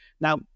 now